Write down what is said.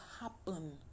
happen